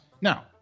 now